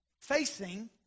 facing